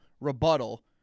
rebuttal